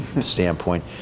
standpoint